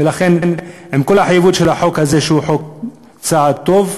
ולכן, עם כל החיוביות של החוק הזה, שהוא צעד טוב,